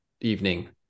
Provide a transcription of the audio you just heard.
evening